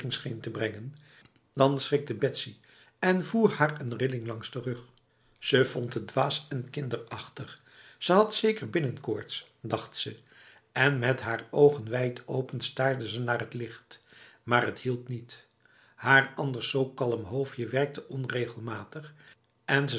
te brengen dan schrikte betsy en voer haar een rilling langs de rug ze vond het dwaas en kinderachtig ze had zeker binnenkoorts dacht ze en met haar ogen wijdopen staarde ze naar het licht maar het hielp niet haar anders zo kalm hoofdje werkte onregelmatig en